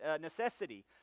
necessity